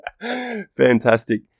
Fantastic